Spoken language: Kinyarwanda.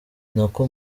nako